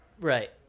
Right